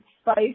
spice